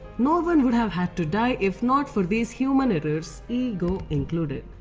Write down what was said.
no one would have had to die if not for these human errors, ego included.